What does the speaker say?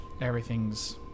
everything's